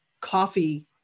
coffee